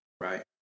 Right